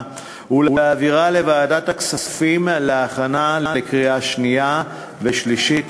ולהעבירה לוועדת הכספים להכנה לקריאה שנייה ושלישית.